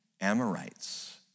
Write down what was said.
Amorites